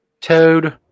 Toad